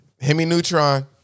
Hemi-neutron